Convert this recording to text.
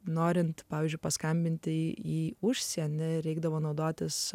norint pavyzdžiui paskambinti į užsienį reikdavo naudotis